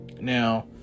Now